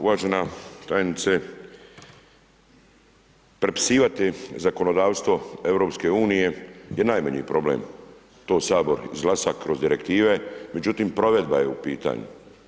Uvažena tajnice, prepisivati zakonodavstvo EU je najmanji problem, to Sabor izglasa kroz direktive, međutim, provedba je u pitanju.